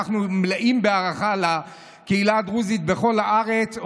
אנחנו מלאים בהערכה לקהילה הדרוזית בכל הארץ,